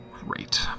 Great